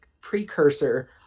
precursor